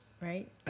right